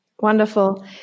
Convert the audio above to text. Wonderful